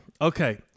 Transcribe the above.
Okay